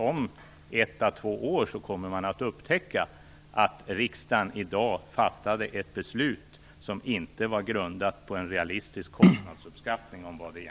Om ett två år kommer man att upptäcka att riksdagen i dag fattade ett beslut som inte var grundat på en realistisk kostnadsuppskattning.